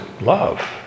love